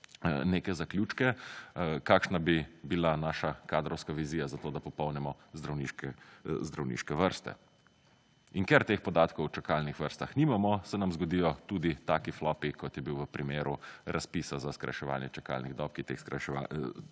neke zaključke, kakšna bi bila naša kadrovska vizija za to, da popolnimo zdravniške vrste. In ker teh podatkov o čakalnih vrstah nimamo, se nam zgodijo tudi taki »flopi« kot je bil v primeru razpisa za skrajševanje čakalnih dob, ki teh čakalnih